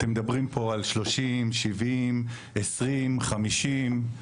אתם מדברים פה על 30, 70, 20, 50,